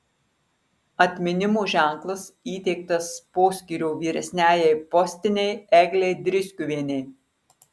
atminimo ženklas įteiktas poskyrio vyresniajai postinei eglei driskiuvienei